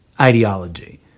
ideology